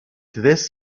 this